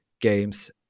games